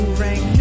ring